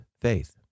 faith